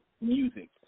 Music